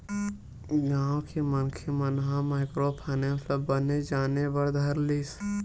गाँव के मनखे मन ह माइक्रो फायनेंस ल बने जाने बर धर लिस